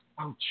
Ouch